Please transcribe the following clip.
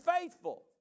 faithful